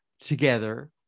together